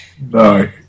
No